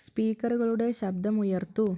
സ്പീക്കറുകളുടെ ശബ്ദം ഉയർത്തൂ